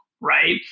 right